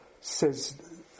says